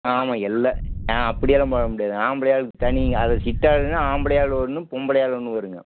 ஆமாம் எல்லா ஆ அப்படியெல்லாம் போடமுடியாது ஆம்பளையாளுக்கு தனி அது சித்தாள்ன்னா ஆம்பளையாள் ஒன்று பொம்பளையாள் ஒன்று வரும்ங்க